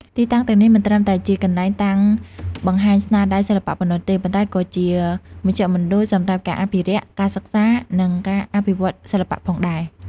ទីតាំងទាំងនេះមិនត្រឹមតែជាកន្លែងតាំងបង្ហាញស្នាដៃសិល្បៈប៉ុណ្ណោះទេ ប៉ុន្តែក៏ជាមជ្ឈមណ្ឌលសម្រាប់ការអភិរក្ស ការសិក្សា និងការអភិវឌ្ឍន៍សិល្បៈផងដែរ។